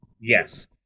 Yes